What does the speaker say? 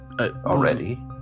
already